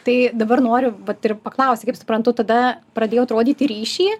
tai dabar noriu vat ir paklausti kaip suprantu tada pradėjot rodyti ryšį